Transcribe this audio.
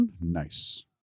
nice